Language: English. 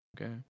Okay